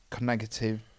negative